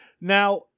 Now